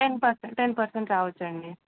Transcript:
ten percent ten percent రావచ్చండి